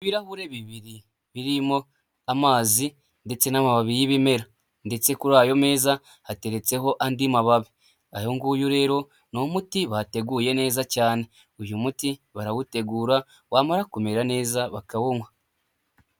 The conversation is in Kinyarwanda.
Ibirahure bibiri birimo amazi ndetse n'amababi y'ibimera ndetse kuri ayo meza, hateretseho andi mababi. Uyu nguyu rero, ni umuti bateguye neza cyane. Uyu muti barawutegura, wamara kumera neza bakawunywa.